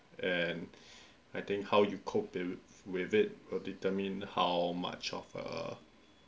and I think how you cope with it will determine how much of err